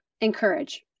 encourage